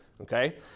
Okay